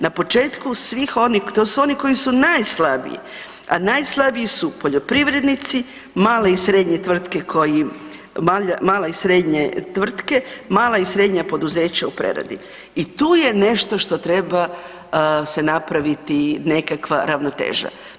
Na početku svih onih, to su oni koji su najslabiji, a najslabiji su poljoprivrednici, male i srednje tvrtke koji, mala i srednje tvrtke, mala i srednja poduzeća u preradi i tu je nešto što treba se napraviti nekakva ravnoteža.